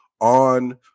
on